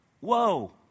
Whoa